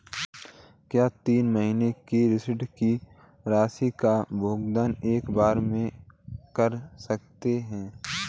क्या तीन महीने के ऋण की राशि का भुगतान एक बार में कर सकते हैं?